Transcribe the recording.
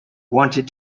wanted